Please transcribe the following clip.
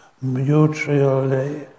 mutually